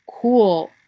cool